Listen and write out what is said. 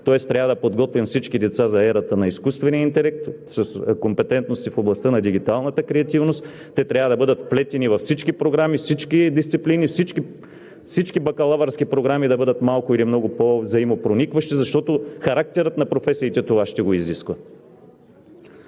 тоест трябва да подготвим всички деца за ерата на изкуствения интелект, с компетентности в областта на дигиталната креативност. Те трябва да бъдат вплетени във всички програми, всички дисциплини, всички бакалавърски програми да бъдат малко или много по-взаимопроникващи, защото характерът на професиите това ще го изисква